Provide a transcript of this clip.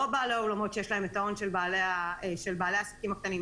לא בעלי האלומות שיש להם את ההון של בעלי העסקים הקטנים,